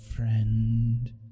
Friend